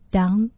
Down